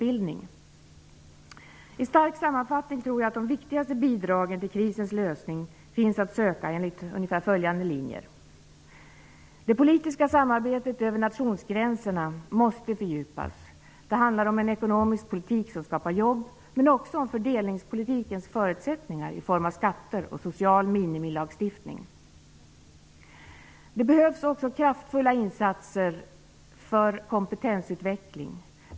I stark sammanfattning tror jag att de viktigaste bidragen till krisens lösning finns att söka enligt ungefär följande linjer. Det politiska samarbetet över nationsgränserna måste fördjupas. Det handlar om en ekonomisk politik som skapar jobb men också om fördelningspolitikens förutsättningar i form av skatter och social minimilagstiftning. Det behövs också kraftfulla insatser för kompetensutveckling.